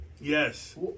Yes